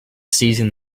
seizing